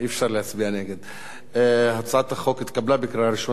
להעביר את הצעת חוק למניעת אלימות כלפי עובדי רווחה,